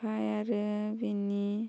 फाय आरो बेनि